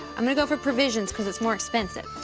i'm gonna go for provisions cause it's more expensive.